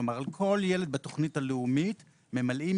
כלומר על כל ילד בתוכנית הלאומית ממלאים